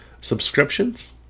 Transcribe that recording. subscriptions